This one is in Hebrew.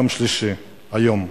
יום שלישי, היום,